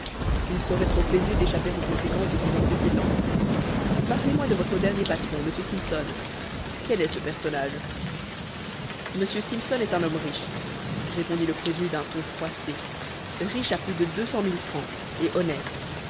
il serait trop aisé d'échapper aux conséquences de ses antécédents parlez-moi de votre dernier patron m simpson quel est ce personnage m simpson est un homme riche répondit le prévenu d'un ton froissé riche à plus de deux cent mille francs et honnête